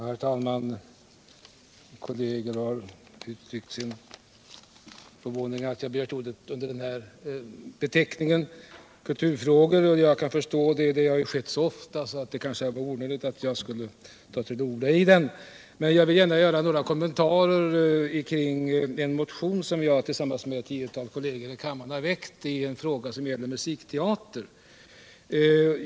Herr talman! Kolleger har uttryckt sin förvåning över att jag begärt ordet i ett sammanhang som bär beteckningen kulturfrågor. Jag kan förstå det. Jag har ju så ofta diskuterat dessa frågor, så det är kanske onödigt att jag nu åter tar till orda. Jag vill emellertid gärna göra några kommentarer till den motion som jag tillsammans med ett tiotal kolleger i kammaren har väckt i en fråga som gäller musikteatern.